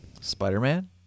Spider-Man